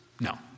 No